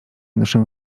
noszę